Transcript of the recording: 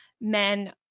men